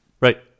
Right